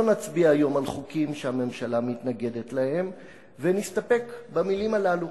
לא נצביע היום על חוקים שהממשלה מתנגדת להם ונסתפק במלים הללו,